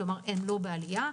כלומר, הם לא בעלייה.